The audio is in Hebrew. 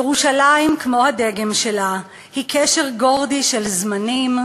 ירושלים, כמו הדגם שלה, היא קשר גורדי של זמנים,